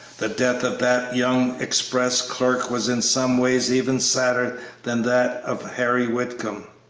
the death of that young express clerk was in some ways even sadder than that of harry whitcomb.